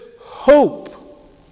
hope